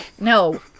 No